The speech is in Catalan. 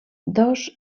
dos